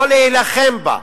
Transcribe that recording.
לא להילחם בה,